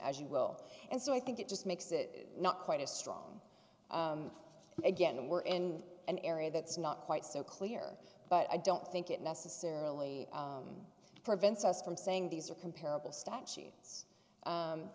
as you will and so i think it just makes it not quite as strong again and we're in an area that's not quite so clear but i don't think it necessarily prevents us from saying these are comparable statutes